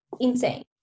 insane